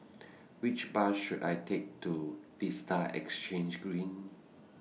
Which Bus should I Take to Vista Exhange Green